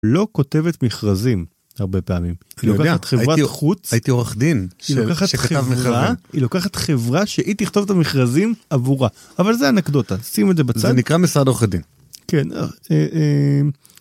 לא כותבת מכרזים הרבה פעמים...הייתי עורך דין... היא לוקחת חברה שהיא תכתוב את המכרזים עבורה, אבל זה אנקדוטה, שים את זה בצד, זה נקרא משרד עורכי הדין.